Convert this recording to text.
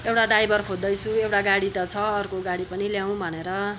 एउटा ड्राइभर खोज्दैछु एउटा गाडी त छ अर्को गाडी पनि ल्याउँ भनेर